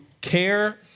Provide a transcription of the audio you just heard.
care